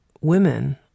women